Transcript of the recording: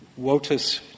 WOTUS